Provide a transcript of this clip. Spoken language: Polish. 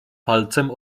palcem